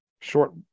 short